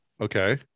okay